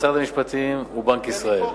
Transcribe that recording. משרד המשפטים ובנק ישראל,